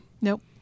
Nope